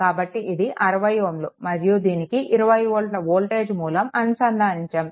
కాబట్టిఇది 60 Ω మరియు దీనికి 20 వోల్ట్ల వోల్టేజ్ మూలం అనుసంధానించాము